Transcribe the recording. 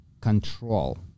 control